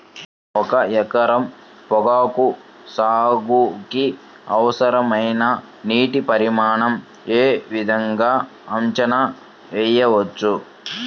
ఒక ఎకరం పొగాకు సాగుకి అవసరమైన నీటి పరిమాణం యే విధంగా అంచనా వేయవచ్చు?